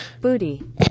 Booty